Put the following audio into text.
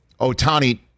Otani